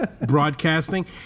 broadcasting